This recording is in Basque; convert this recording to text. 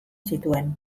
zituen